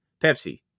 Pepsi